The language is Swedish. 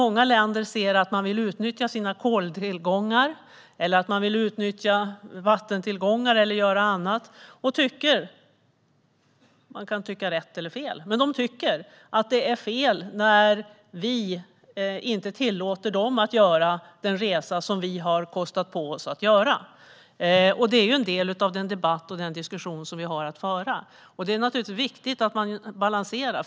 Många länder vill utnyttja sina koltillgångar, vattentillgångar eller annat. Det kan vara rätt eller fel, men de tycker att det är fel att vi inte tillåter dem att göra den resa som vi har kostat på oss att göra. Det är en del av den debatt och diskussion som vi har att föra. Det är naturligtvis viktigt med en balans här.